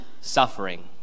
suffering